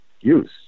use